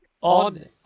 on